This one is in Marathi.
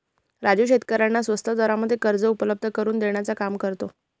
राजू शेतकऱ्यांना स्वस्त दरामध्ये कर्ज उपलब्ध करून देण्याचं काम करतो